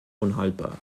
unhaltbar